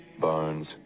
bones